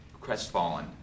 crestfallen